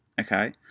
Okay